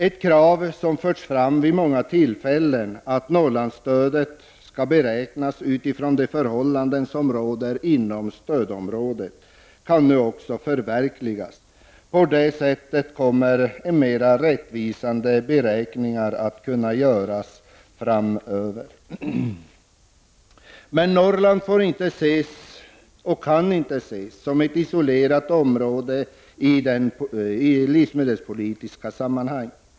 Ett krav som förts fram vid många tillfällen, nämligen att Norrlandsstödet skall beräknas utifrån de förhållanden som råder inom stödområdet, kan nu uppfyllas. På det sättet kommer mer rättvisande beräkningar att kunna göras i framtiden. Norrland kan emellertid inte ses som ett isolerat område i livsmedelspolitiska sammanhang.